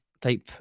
type